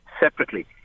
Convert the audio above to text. separately